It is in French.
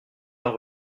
dans